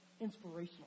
inspirational